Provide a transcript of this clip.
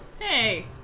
Hey